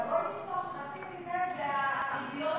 בואו נזכור שחצי מזה זה הריביות,